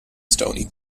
stony